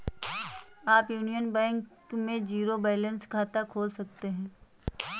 आप Union Bank में zero balance खाता खोल सकते हैं